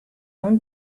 own